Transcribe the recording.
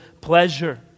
pleasure